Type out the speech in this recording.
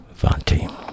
Vanti